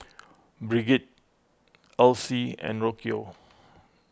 Brigid Elsie and Rocio